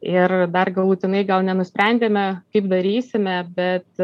ir dar galutinai gal nenusprendėme kaip darysime bet